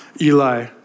Eli